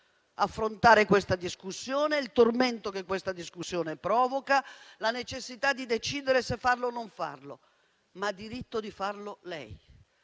affrontare questa discussione, il tormento che essa provoca e la necessità di decidere se farlo o non farlo. Ha diritto però di farlo lei.